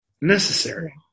necessary